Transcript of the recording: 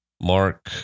Mark